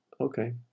Okay